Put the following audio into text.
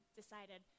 decided